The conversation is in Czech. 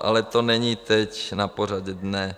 Ale to není teď na pořadu dne.